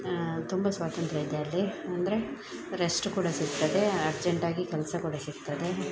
ತುಂಬ ಸ್ವಾತಂತ್ರ್ಯ ಇದೆ ಅಲ್ಲಿ ಅಂದರೆ ರೆಶ್ಟ್ ಕೂಡ ಸಿಗ್ತದೆ ಅರ್ಜೆಂಟಾಗಿ ಕೆಲಸ ಕೂಡ ಸಿಗ್ತದೆ